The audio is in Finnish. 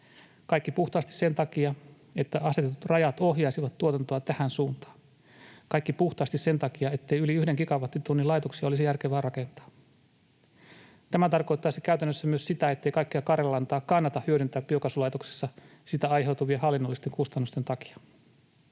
Kaikki puhtaasti sen takia, että asetetut rajat ohjaisivat tuotantoa tähän suuntaan. Kaikki puhtaasti sen takia, ettei yli yhden gigawattitunnin laitoksia olisi järkevää rakentaa. Tämä tarkoittaisi käytännössä myös sitä, ettei kaikkea karjalantaa kannata hyödyntää biokaasulaitoksessa siitä aiheutuvien hallinnollisten kustannusten takia.